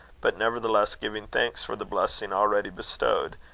but nevertheless giving thanks for the blessing already bestowed,